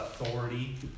authority